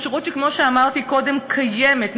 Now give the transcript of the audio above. אפשרות שכמו שאמרתי קודם קיימת,